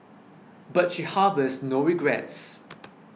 but she harbours no regrets